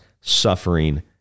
suffering